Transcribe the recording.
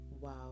Wow